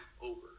over